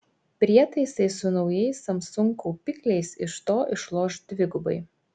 prietaisai su naujais samsung kaupikliais iš to išloš dvigubai